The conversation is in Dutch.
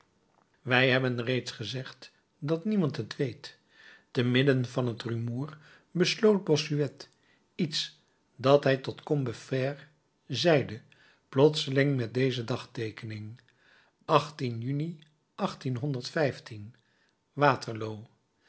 wij hebben reeds gezegd dat niemand het weet te midden van het rumoer besloot bossuet iets dat hij tot combeferre zeide plotseling met deze dagteekening juni waterloo